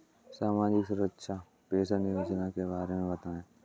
सामाजिक सुरक्षा पेंशन योजना के बारे में बताएँ?